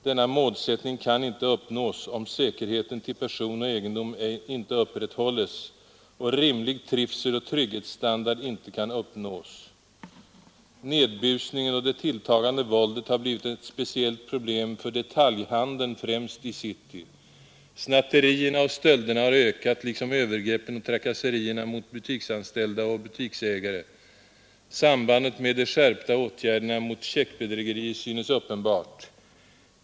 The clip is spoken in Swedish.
Denna målsättning kan inte uppnås om säkerheten till person och egendom ej kan upprätthållas och rimlig trivseloch trygghetsstandard inte kan uppnås. Nedbusningen och det tilltagande våldet har blivit ett speciellt problem för detaljhandeln främst i city. Snatterierna och stölderna har ökat liksom övergreppen och trakasserierna mot butiksanställda och butiksägare. Sambandet med de skärpta åtgärderna mot checkbedrägerier synes uppenbart.